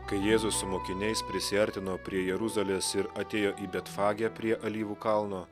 kai jėzus su mokiniais prisiartino prie jeruzalės ir atėjo į bet fagę prie alyvų kalno